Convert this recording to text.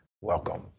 Welcome